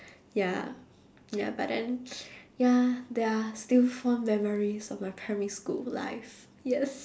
ya ya but then ya there are still fond memories of my primary school life yes